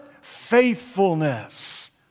faithfulness